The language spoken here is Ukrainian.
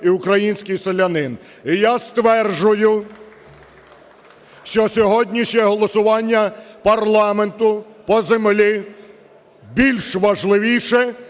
і український селянин. І я стверджую, що сьогоднішнє голосування парламенту по землі більш важливіше,